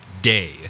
day